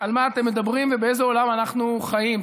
על מה אתם מדברים ובאיזה עולם אנחנו חיים.